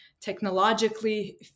technologically